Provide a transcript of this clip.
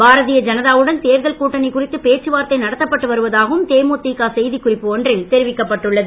பாரதீய ஜனதாவுடன் தேர்தல் கூட்டணி குறித்து பேச்சுவார்த்தை நடத்தப்பட்டு வருவதாகவும் தேமுதிக செய்திக்குறிப்பு ஒன்றில் தெரிவிக்கப்பட்டுள்ளது